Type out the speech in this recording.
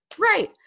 Right